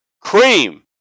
Cream